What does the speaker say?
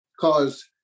cause